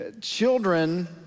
children